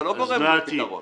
אתה לא מביא פתרון.